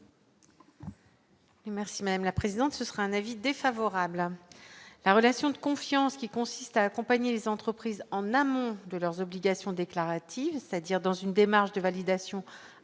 Merci madame la présidente, ce sera un avis défavorable à la relation de confiance qui consiste à accompagner les entreprises en amont de leurs obligations déclaratives, c'est-à-dire dans une démarche de validation a